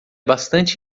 bastante